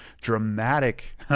dramatic